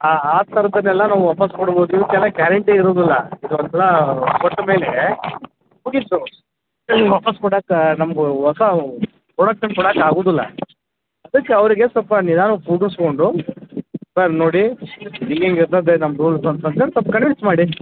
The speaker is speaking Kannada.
ಆ ಆ ಥರದನೆಲ್ಲ ನಾವು ವಾಪಾಸ್ ಕೊಡ್ಬೋದು ಇವುಕ್ಕೆ ಎಲ್ಲ ಗ್ಯಾರೆಂಟಿ ಇರುದಿಲ್ಲ ಇದು ಒಂದ್ಸಲಾ ಕೊಟ್ಮೇಲೆ ಮುಗಿತು ಅದನ್ನ ವಾಪಾಸ್ಸು ಕೊಡಕ್ಕೆ ನಮ್ಗು ಹೊಸ ಪ್ರೊಡಕ್ಷನ್ ಕೊಡಕ್ಕೆ ಆಗುದುಲ್ಲ ಅದಕ್ಕ ಅವರಿಗೆ ಸ್ವಲ್ಪ ನಿಧಾನಕ್ಕೆ ಕುಂದುರ್ಸ್ಕೊಂಡು ಸರ್ ನೋಡಿ ಇಂಗಿಂಗ್ ಇರ್ತದೆ ನಮ್ದ್ ರೂಲ್ಸು ಅಂತಂದ್ ಏಳಿ ಸೊಲ್ಪ್ ಕನ್ವಿನ್ಸ್ ಮಾಡಿ